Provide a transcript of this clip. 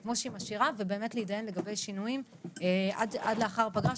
ובאמת להתדיין לגבי שינויים עד לאחר הפגרה,